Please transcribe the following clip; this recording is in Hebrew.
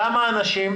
כמה אנשים